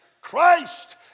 Christ